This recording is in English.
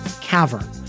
Cavern